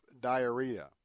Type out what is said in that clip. diarrhea